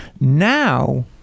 Now